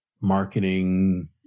marketing